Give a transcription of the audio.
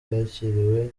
yakiriwe